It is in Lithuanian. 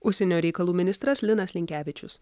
užsienio reikalų ministras linas linkevičius